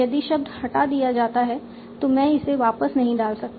यदि शब्द हटा दिया जाता है तो मैं इसे वापस नहीं डाल सकता